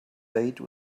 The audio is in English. date